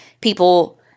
people